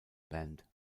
band